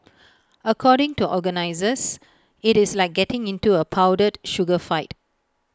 according to organisers IT is like getting into A powdered sugar food fight